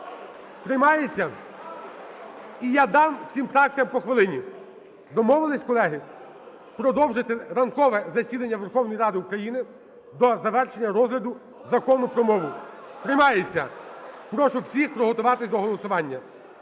Приймається? І я дам всім фракціям по хвилині. Домовились, колеги, продовжити ранкове засідання Верховної Ради України до завершення розгляду Закону про мову? Приймається. Прошу всіх приготуватись до голосування.